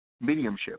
mediumship